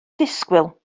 disgwyl